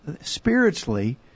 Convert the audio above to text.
spiritually